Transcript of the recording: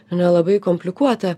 nelabai komplikuota